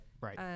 Right